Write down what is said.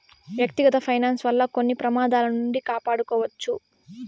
వ్యక్తిగత ఫైనాన్స్ వల్ల కొన్ని ప్రమాదాల నుండి కాపాడుకోవచ్చు